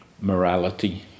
morality